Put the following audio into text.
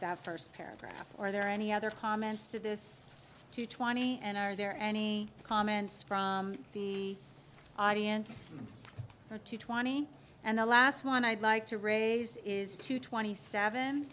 words first paragraph or are there any other comments to this to twenty and are there any comments from the audience or to twenty and the last one i'd like to raise is two twenty seven